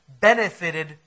benefited